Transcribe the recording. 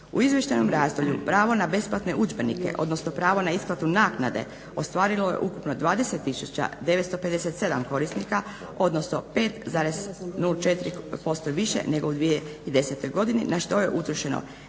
U izvještajnom razdoblju pravo na besplatne udžbenike odnosno pravo na isplatu naknade ostvarilo je ukupno 20 tisuća 957 korisnika odnosno 5,04% više nego u 2010.godini na što je utrošeno